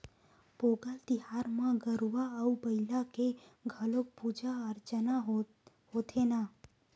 पोंगल तिहार म गरूवय अउ बईला के घलोक पूजा अरचना होथे न